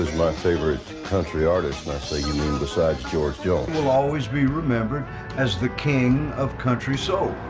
my favorite country artist and i say, you mean besides george george will always be remembered as the king of country soul!